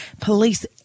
Police